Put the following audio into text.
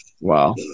wow